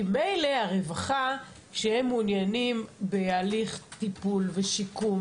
כי ממילא הרווחה שהם מעוניינים בהליך טיפול ושיקום,